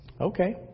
Okay